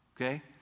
Okay